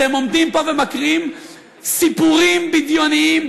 אתם עומדים פה ומקריאים סיפורים בדיוניים,